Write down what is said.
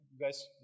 guys